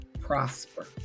prosper